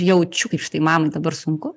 jaučiu kaip šitai mamai dabar sunku